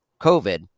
COVID